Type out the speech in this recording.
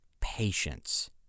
Patience